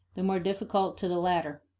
the more difficult to the later.